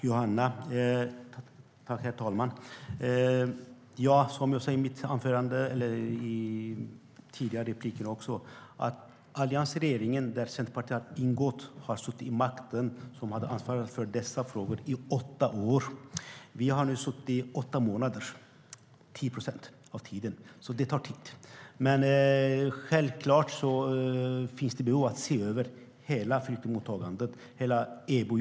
Herr talman! Som jag sa tidigare: Alliansregeringen, där Centerpartiet har ingått, har suttit vid makten och haft ansvar för dessa frågor i åtta år. Vi har nu suttit i åtta månader - 10 procent av den tiden. Det tar tid. Självklart finns det behov av att se över hela flyktingmottagandet och EBO.